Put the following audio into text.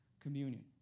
Communion